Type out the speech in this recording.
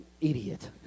idiot